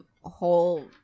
whole